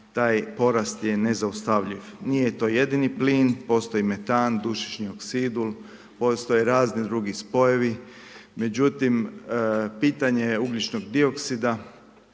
taj porast je nezaustavljiv. Nije to jedini plin, postoji metan, dušični oksidul, postoje razni drugi spojevi, međutim pitanje je ugljičnog dioksida,